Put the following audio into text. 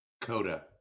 Coda